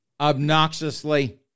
obnoxiously